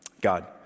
God